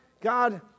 God